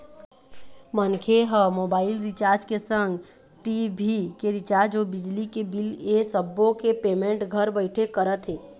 मनखे ह mobile recharge के संग टी.भी के रिचार्ज अउ बिजली के बिल ऐ सब्बो के पेमेंट घर बइठे करत हे